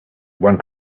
one